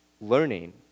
learning